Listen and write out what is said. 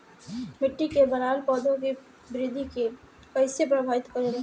मिट्टी के बनावट पौधों की वृद्धि के कईसे प्रभावित करेला?